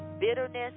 bitterness